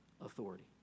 authority